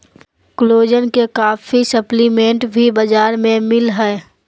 collagen के काफी supplement भी बाजार में मिल हइ